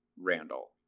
Randall